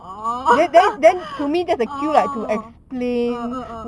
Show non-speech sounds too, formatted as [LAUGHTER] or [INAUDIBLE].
orh [LAUGHS] orh ah ah ah